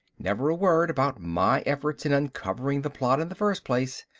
never a word about my efforts in uncovering the plot in the first place.